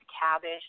cabbage